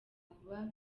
kuba